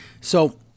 So-